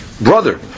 brother